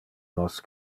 nos